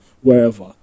wherever